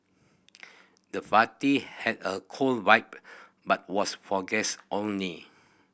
the party had a cool vibe but was for guest only